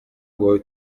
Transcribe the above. ngo